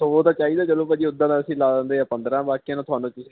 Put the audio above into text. ਉਹ ਤਾਂ ਚਾਹੀਦਾ ਚਲੋ ਭਾਅ ਜੀ ਉੱਦਾਂ ਤਾਂ ਅਸੀਂ ਲਾ ਦਿੰਦੇ ਆ ਪੰਦਰਾ ਬਾਕੀਆਂ ਨੂੰ ਤੁਹਾਨੂੰ